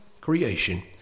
creation